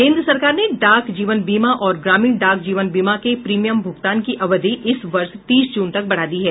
केंद्र सरकार ने डाक जीवन बीमा और ग्रामीण डाक जीवन बीमा के प्रीमियम भुगतान की अवधि इस वर्ष तीस जून तक बढ़ा दी है